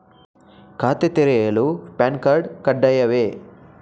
ಖಾತೆ ತೆರೆಯಲು PAN card ಕಡ್ಡಾಯವೇ?